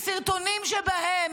ספר פיזיקה בעזה מראה לילדים: